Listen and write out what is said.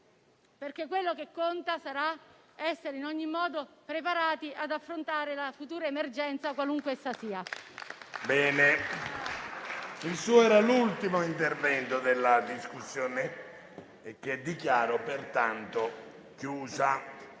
perché quello che conta sarà essere in ogni modo preparati ad affrontare la futura emergenza, qualunque essa sia.